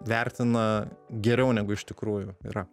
vertina geriau negu iš tikrųjų yra